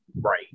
Right